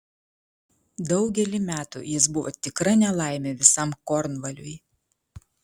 daugelį metų jis buvo tikra nelaimė visam kornvaliui